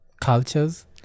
cultures